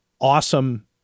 awesome –